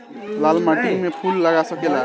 लाल माटी में फूल लाग सकेला?